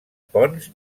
ponts